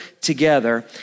together